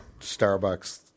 Starbucks